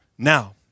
Now